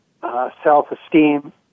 self-esteem